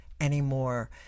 anymore